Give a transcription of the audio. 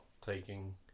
taking